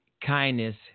kindness